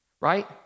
right